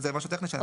זה משהו טכני.